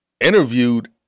interviewed